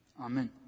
Amen